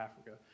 Africa